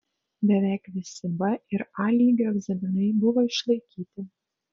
beveik visi b ir a lygio egzaminai buvo išlaikyti